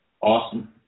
Awesome